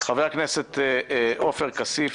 חבר הכנסת עופר כסיף